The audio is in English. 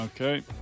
Okay